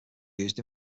used